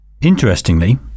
Interestingly